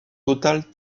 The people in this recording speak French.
total